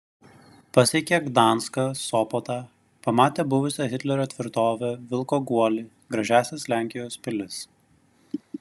pasiekia gdanską sopotą pamatė buvusią hitlerio tvirtovę vilko guolį gražiąsias lenkijos pilis